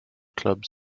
clubs